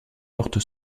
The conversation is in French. porte